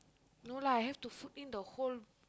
no lah have to food in the whole